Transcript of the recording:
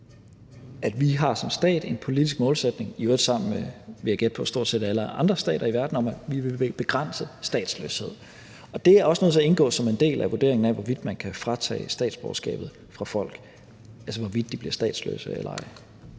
at vi som stat har en politisk målsætning – i øvrigt sammen med, vil jeg gætte på, stort set alle andre stater i verden – om, at vi vil begrænse statsløshed, og det er også nødt til at indgå som en del af vurderingen af, hvorvidt man kan fratage folk statsborgerskabet, altså hvorvidt de bliver statsløse eller ej.